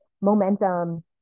momentum